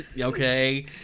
Okay